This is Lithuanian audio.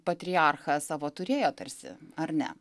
patriarchą savo turėjo tarsi ar ne